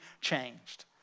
changed